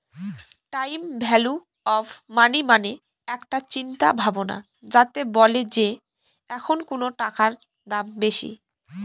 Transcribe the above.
time value of money মানে একটা চিন্তা ভাবনা যাতে বলে যে এখন কোনো টাকার দাম বেশি